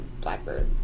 blackbird